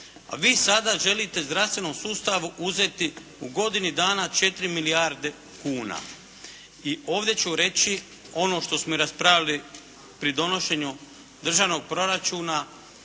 A vi sada želite zdravstvenom sustavu uzeti u godini dana 4 milijarde kuna. I ovdje ću reći, ono što smo i raspravljali pri donošenju Državnog proračuna